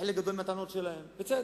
וחלק גדול מהטענות שלהן הן בצדק.